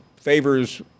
favors